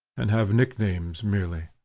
and have nicknames merely.